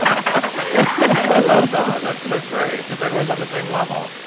i love that, that's so great. just, everyone's on the same level.